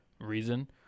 reason